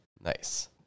Nice